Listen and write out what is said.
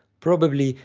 probably,